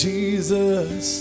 Jesus